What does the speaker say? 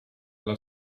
alla